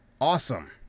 awesome